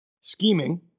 scheming